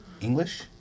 English